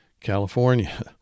California